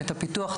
את הפיתוח,